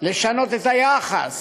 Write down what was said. ולשנות את היחס